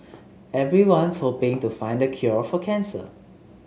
everyone's hoping to find the cure for cancer